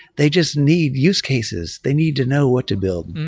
they just need use cases. they need to know what to build.